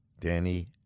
Danny